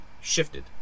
shifted